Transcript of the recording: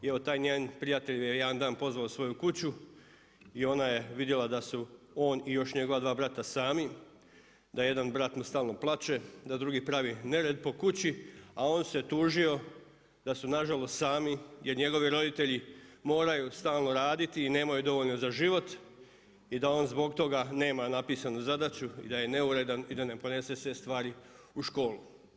I taj njen prijatelj ju je jedan dan pozvao u svoju kuću i ona je vidjela da su on i još njegova dva brata sami, da jedan brat stalno plaće, da drugi pravi nered po kući, a on se tužio da su nažalost sami jer njegovi roditelji moraju stalno raditi i nemaju dovoljno za život i da on zbog toga nema napisanu zadaću i da je neuredan i da ne ponese sve stvari u školu.